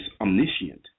omniscient